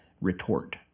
retort